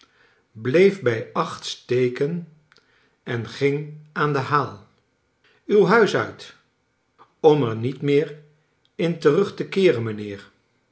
bleef bij acht steken en ging aan den haal uw huis uit om er met meer in terug te keeren mijnheer